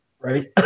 Right